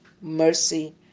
mercy